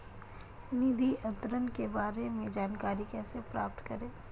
निधि अंतरण के बारे में जानकारी कैसे प्राप्त करें?